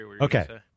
Okay